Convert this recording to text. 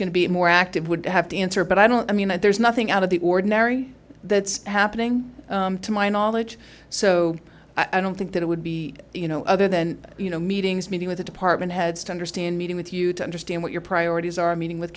going to be more active would have to answer but i don't i mean that there's nothing out of the ordinary that's happening to my knowledge so i don't think that it would be you know other than you know meetings meeting with the department heads to understand meeting with you to understand what your priorities are meeting with